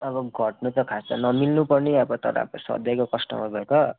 अब घट्नु त खासै नमिल्नु पर्ने अब तर अब सधैँको कस्टमर भयो त